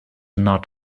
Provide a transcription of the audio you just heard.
not